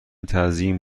تزیین